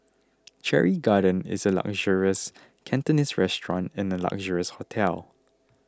Cherry Garden is a luxurious Cantonese restaurant in a luxurious hotel